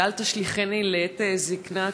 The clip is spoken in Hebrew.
ו"אל תשליכני לעת זקנה,